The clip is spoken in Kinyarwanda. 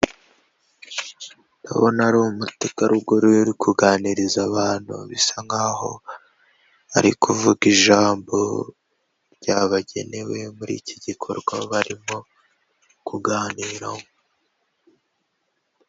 Ndabona ari umutegarugori uri kuganiriza abantu bisa nkaho ari kuvuga ijambo ryabagenewe muri iki gikorwa barimo kuganiraho.